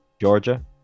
Georgia